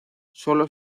sólo